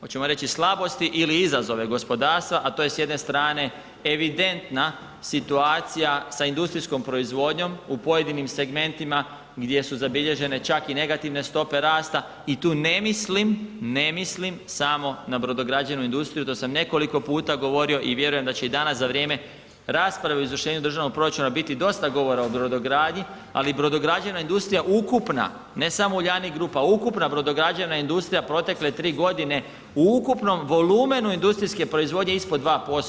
hoćemo reći slabosti ili izazove gospodarstva, a to je s jedne strane evidentna situacija sa industrijskom proizvodnjom u pojedinim segmentima gdje su zabilježene čak i negativne stope rasta i tu ne mislim, ne mislim samo na brodograđevnu industriju to sam nekoliko puta govorio i vjerujem da će danas za vrijeme rasprave o izvršenju Državnog proračuna biti dosta govora o brodogradnji, ali brodograđevna industrija ukupna ne samo Uljanik grupa, ukupna brodograđevna industrija protekle 3 godine u ukupnom volumenu industrijske proizvodnje ispod 2%